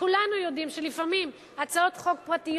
כולנו יודעים שלפעמים הצעות חוק פרטיות